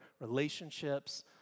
relationships